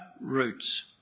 roots